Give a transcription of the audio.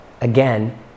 again